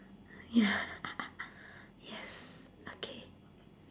ya yes okay